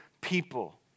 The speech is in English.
people